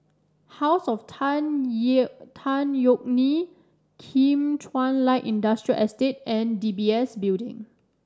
House of Tan Ye Tan Yeok Nee Kim Chuan Light Industrial Estate and D B S Building